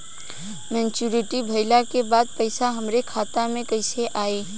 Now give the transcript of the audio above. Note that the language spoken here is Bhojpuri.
मच्योरिटी भईला के बाद पईसा हमरे खाता में कइसे आई?